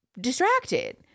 distracted